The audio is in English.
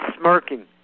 smirking